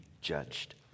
judged